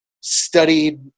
studied